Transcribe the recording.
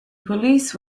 police